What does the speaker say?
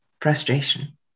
frustration